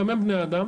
גם הם בני אדם